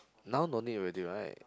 now no need already right